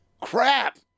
Crap